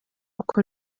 uko